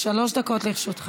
בבקשה, שלוש דקות לרשותך.